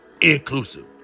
inclusive